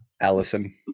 Allison